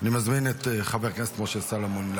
הטרומית ותעבור